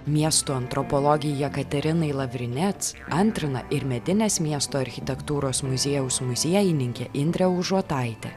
miesto antropologei jekaterinai lavrinec antrina ir medinės miesto architektūros muziejaus muziejininkė indrė užuotaitė